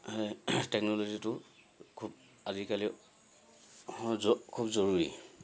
টেকন'লজিটো খুব আজিকালি খুব জৰুৰী